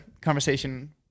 conversation